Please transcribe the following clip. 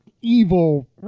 evil